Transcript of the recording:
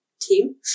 team